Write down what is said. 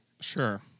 Sure